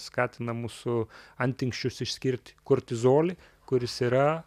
skatina mūsų antinksčius išskirti kortizolį kuris yra